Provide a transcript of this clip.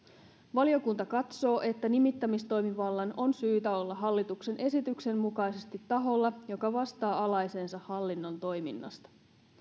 valiokunta katsoo että nimittämistoimivallan on syytä olla hallituksen esityksen mukaisesti taholla joka vastaa alaisensa hallinnon toiminnasta